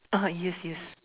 ah yes yes